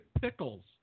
pickles